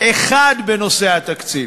בנושא התקציב.